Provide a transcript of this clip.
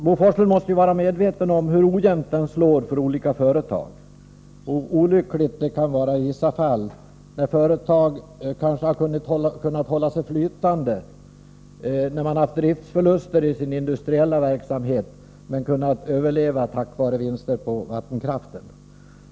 Bo Forslund måste vara medveten om hur ojämnt denna slår för olika företag och hur olyckligt det kan vara i vissa fall, när företag kanske har kunnat hålla sig flytande trots driftsförluster i sin industriella verksamhet och kunnat överleva tack vare vinster från vattenkraft.